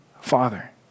Father